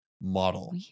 model